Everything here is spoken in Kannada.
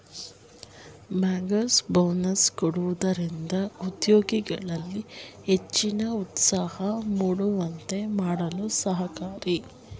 ಬ್ಯಾಂಕರ್ಸ್ ಬೋನಸ್ ಕೊಡುವುದರಿಂದ ಉದ್ಯೋಗಿಗಳಲ್ಲಿ ಹೆಚ್ಚಿನ ಉತ್ಸಾಹ ಮೂಡುವಂತೆ ಮಾಡಲು ಸಹಕಾರಿ